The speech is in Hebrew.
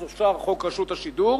אז אושר חוק רשות השידור,